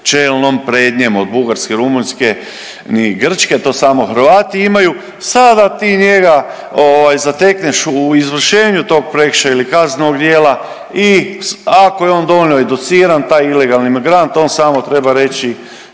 čelnom prednjem od Bugarske, Rumunjske ni Grčke to samo Hrvati imaju, sada ti njega zatekneš u izvršenju tog prekršaja ili kaznenog djela i ako je on dovoljno educiran taj ilegalni migrant on samo treba reći